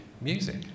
music